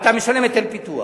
אתה משלם היטל פיתוח,